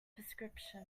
prescription